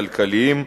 כלכליים,